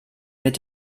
mit